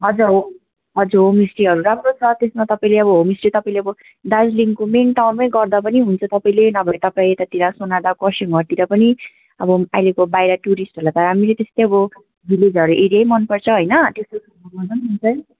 हजुर हो हजुर होमस्टेहरू राम्रो छ त्यसमा तपाईँले अब होमस्टे तपाईँले अब दार्जिलिङको मेन टाउनमै गर्दा पनि हुन्छ तपाईँले न भए तपाईँ यतातिर सोनादा खरसाङहरूतिर पनि अब अहिलेको बाहिर टुरिस्टहरूलाई त रामरी त्यस्तै अब भिलेजहरू एरियै मनपर्छ होइन त्यस्तो